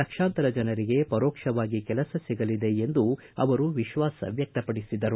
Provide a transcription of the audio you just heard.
ಲಕ್ಷಾಂತರ ಜನರಿಗೆ ಪರೋಕ್ಷವಾಗಿ ಕೆಲಸ ಸಿಗಲಿದೆ ಎಂದು ಅವರು ವಿಶ್ವಾಸ ವ್ಯಕ್ತಪಡಿಸಿದರು